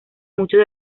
muchos